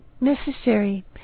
necessary